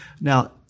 Now